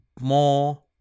more